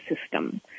system